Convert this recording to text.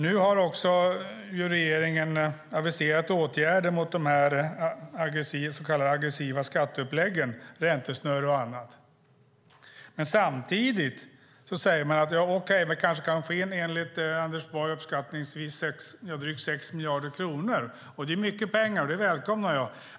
Nu har regeringen aviserat åtgärder mot de så kallade aggressiva skatteuppläggen - räntesnurror och annat. Enligt Anders Borg kan vi kanske få in uppskattningsvis drygt 6 miljarder kronor. Det är mycket pengar, och det välkomnar jag.